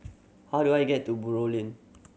how do I get to Buroh Ling